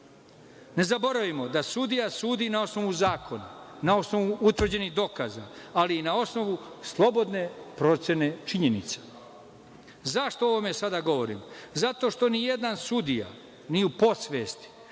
Ne zaboravimo da sudija sudi na osnovu zakona, na osnovu utvrđenih dokaza, ali i na osnovu slobodne procene činjenica.Zašto o ovome sada govorim? Zato što nijedan sudija, ni u podsvesti,